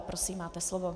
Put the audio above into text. Prosím, máte slovo.